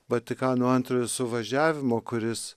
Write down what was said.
vatikano antrojo suvažiavimo kuris